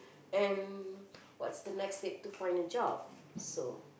and what's the next tip to find a job so